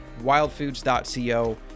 wildfoods.co